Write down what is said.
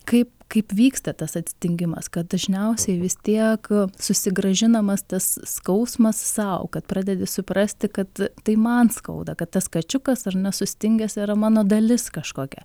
kaip kaip vyksta tas atsidengimas kad dažniausiai vis tiek susigrąžinamas tas skausmas sau kad pradedi suprasti kad tai man skauda kad tas kačiukas ar na sustingęs yra mano dalis kažkokia